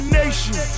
nation